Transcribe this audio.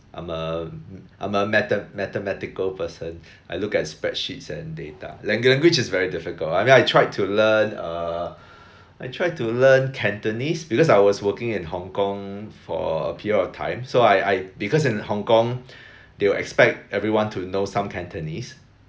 I'm a m~ I'm a mathe~ mathematical person I look at spreadsheets and data lang~ language is very difficult I mean I tried to learn uh I tried to learn cantonese because I was working in Hong-Kong for a period of time so I I because in Hong-Kong they will expect everyone to know some cantonese